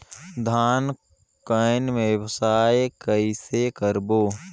धान कौन व्यवसाय कइसे करबो?